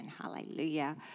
Hallelujah